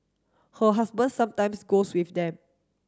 her husband sometimes goes with them